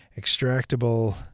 extractable